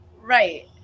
right